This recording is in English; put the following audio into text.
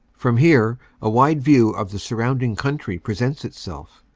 from here a wide view of the surrounding country presents itself.